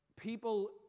people